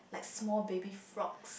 like small baby frogs